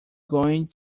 going